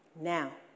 Now